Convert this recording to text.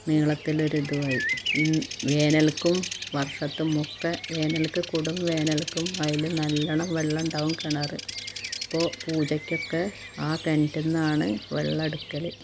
നീളത്തിലൊരു ഇതുമായി വേനൽക്കും വർഷത്തുമൊക്കെ വേനൽക്കും കൊടും വേനൽക്കും വയൽ നല്ലവണ്ണം വെള്ളം ഉണ്ടാവും കിണർ അപ്പോൾ പൂജക്കൊക്കെ ആ കിണറ്റിൽ നിന്നാണ് വെള്ളം എടുക്കൽ